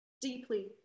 deeply